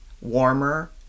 warmer